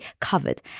covered